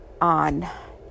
on